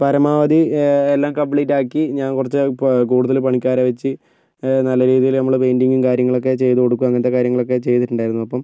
പരമാവധി എല്ലാം കംപ്ലീറ്റാക്കി ഞാൻ കുറച്ച് കൂടുതൽ പണിക്കാരെ വെച്ച് നല്ല രീതിയില് നമ്മള് പെയിൻ്റിങ്ങും കാര്യങ്ങളൊക്കെ ചെയ്തു കൊടുക്കും അങ്ങനെത്തെ കാര്യങ്ങളൊക്കെ ചെയ്തിട്ടുണ്ടായിരുന്നു അപ്പം